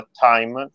time